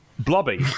Blobby